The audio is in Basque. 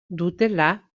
dutela